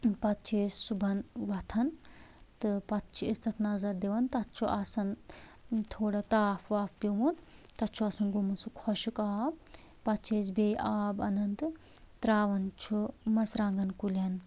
تہٕ پتہٕ چھِ أسۍ صُبحن ووتھان تہٕ پتہٕ چھِ أسۍ تتھ نظر دِوان تتھ چھُ آسان تھوڑا تاپھ واپھ پٮ۪ومُت تتھ چھُ آسان گوٚومُت سُہ خۄشک آب پتہٕ چھِ أسۍ بیٚیہِ آب انان تہٕ ترٛاوان چھ مرژٕوانٛگن کُلین